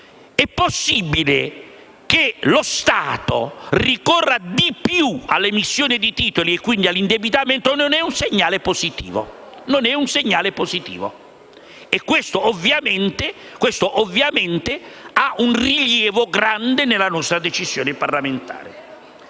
è possibile che lo Stato ricorra di più all'emissione di titoli e quindi all'indebitamento non è un segnale positivo, e questo ovviamente ha un grande rilievo nella nostra decisione parlamentare.